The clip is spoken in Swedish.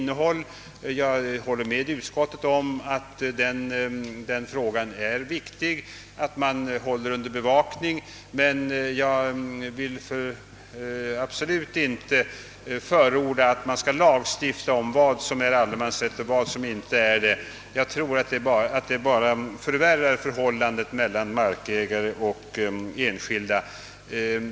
Jag håller med utskottet om att det är viktigt att ha denna fråga under bevakning, men jag vill absolut inte förorda att man skall lagstifta om vad som är allemansrätt och vad som inte är det. Jag tror att detta bara förvärrar förhållandet mellan markägare och enskilda.